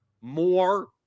More